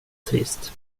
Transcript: trist